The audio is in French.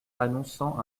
annonçant